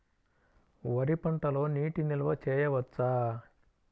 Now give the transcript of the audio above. వరి పంటలో నీటి నిల్వ చేయవచ్చా?